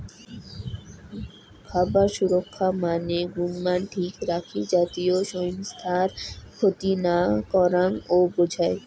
খাবার সুরক্ষা মানে গুণমান ঠিক রাখি জাতীয় স্বাইস্থ্যর ক্ষতি না করাং ও বুঝায়